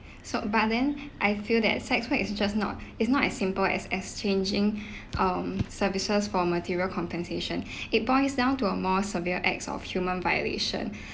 so but then I feel that sex work is just not it's not as simple as exchanging um services for material compensation it boils down to a more severe acts of human violation